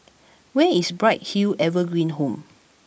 where is Bright Hill Evergreen Home